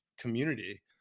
community